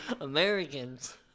Americans